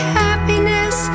happiness